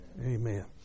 Amen